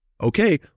Okay